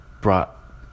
brought